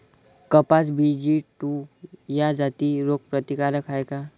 कपास BG two ह्या जाती रोग प्रतिकारक हाये का?